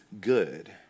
good